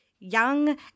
young